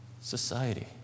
society